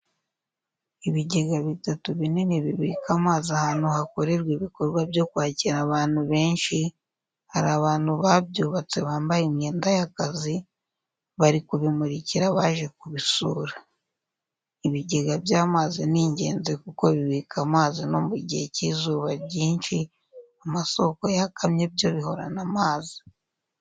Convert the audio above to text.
Ibigega bitatu binini bibika amazi ahantu hakorerwa ibikorwa byo kwakira abantu benshi, hari abantu babyubatse bambaye imyenda y'akazi, bari kubimurikira abaje kubisura. Ibigega by'amazi ni ingenzi kuko bibika amazi no mugihe cy'izuba ryinshi amasoko yakamye byo bihorana amazi.